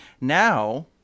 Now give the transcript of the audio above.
now